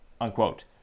Unquote